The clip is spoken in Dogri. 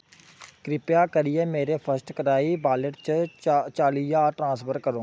कृपा करियै मेरे फर्स्टक्राई वालेट च चा चाली ज्हार ट्रांसफर करो